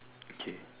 okay